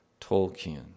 Tolkien